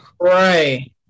Right